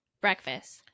Breakfast